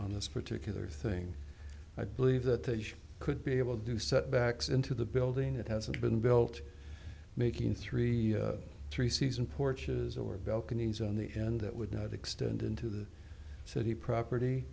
on this particular thing i believe that they could be able to do setbacks into the building that hasn't been built making three three season porches or balconies on the end that would not extend into the city property